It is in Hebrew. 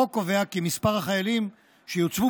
החוק קובע כי מספר החיילים שיוצבו